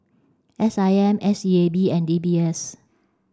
S I M S E A B and D B S